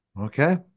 Okay